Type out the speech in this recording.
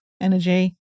energy